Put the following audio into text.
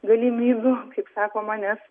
galimybių kaip sakoma nes